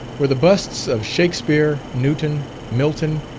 were the busts of shakspere, newton, milton,